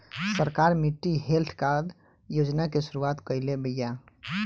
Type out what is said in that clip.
सरकार मिट्टी health card योजना के शुरूआत काइले बिआ